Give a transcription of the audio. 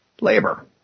labor